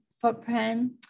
footprint